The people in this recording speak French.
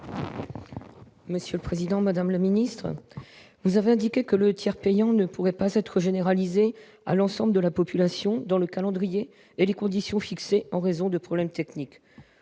sur l'article. Madame la ministre, vous avez indiqué que le tiers payant ne pourrait pas être généralisé à l'ensemble de la population dans le calendrier et les conditions fixés en raison de problèmes techniques.